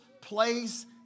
place